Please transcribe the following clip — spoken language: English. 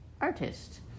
artist